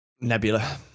Nebula